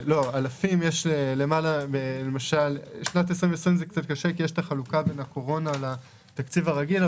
אלפים - בשנת 2020 זה קצת קשה כי יש החלוקה בין הקורונה לתקציב הרגיל,